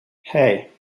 hey